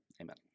Amen